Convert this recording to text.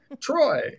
Troy